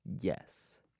Yes